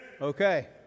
Okay